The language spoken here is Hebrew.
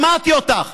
שמעתי אותך.